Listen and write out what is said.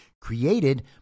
Created